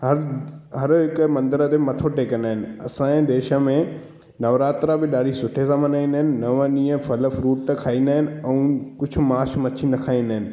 हर हर हिकु मंदर ते मथो टेकींदा आहिनि असांजे देश में नवरात्रा बि ॾाढी सुठे सां मल्हाईंदा आहिनि नव ॾींहं फल फ्रूट खाईंदा आहिनि ऐं कुझु मास मछी न खाईंदा आहिनि